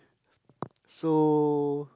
so